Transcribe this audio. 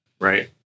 right